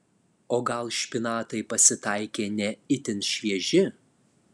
o gal špinatai pasitaikė ne itin švieži